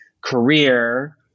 career